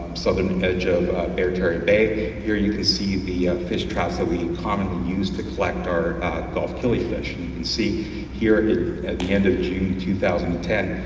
southern edge of barry terre bay, here you can see the fish traps that we commonly use to collect our gulf kilifish. and you can see here and two thousand and ten,